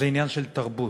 זה עניין של תרבות.